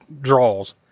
draws